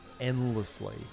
endlessly